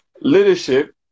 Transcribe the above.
Leadership